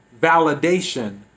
validation